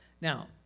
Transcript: Now